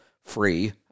free